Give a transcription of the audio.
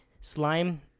Slime